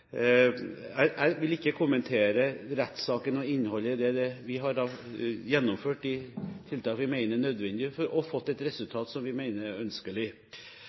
Jeg vil ikke kommentere rettssaken og innholdet i den. Vi har gjennomført de tiltak vi mener er nødvendig, og fått et resultat som vi mener er ønskelig.